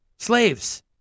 Slaves